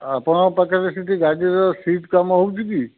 ଆଉ ଆପଣଙ୍କ ପାଖରେ ସେଇଠି ଗାଡ଼ିର ସିଟ୍ କାମ ହେଉଛି କି